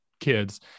kids